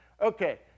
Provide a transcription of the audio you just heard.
Okay